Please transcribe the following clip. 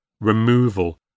removal